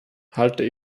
halte